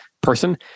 person